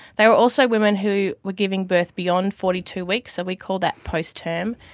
they were also women who were giving birth beyond forty two weeks, so we call that post-term,